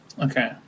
Okay